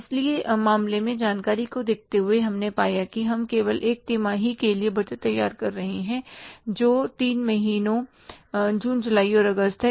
इसलिए मामले में जानकारी को देखते हुए हमने पाया है कि हम केवल 1 तिमाही के लिए बजट तैयार कर रहे हैं जो 3 महीने जून जुलाई और अगस्त है